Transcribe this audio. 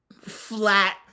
flat